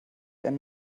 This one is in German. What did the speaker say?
einen